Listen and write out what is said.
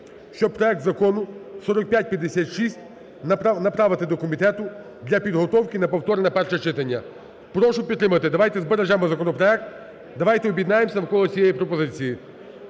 щоб проект Закону 4556 направити до комітету для підготовки на повторне перше читання. Прошу підтримати, давайте збережемо законопроект, давайте об'єднаємося навколо цієї пропозиції.